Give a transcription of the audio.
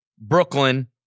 Brooklyn